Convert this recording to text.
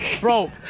Bro